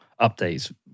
updates